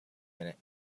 minute